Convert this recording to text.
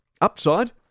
Upside